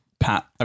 Pat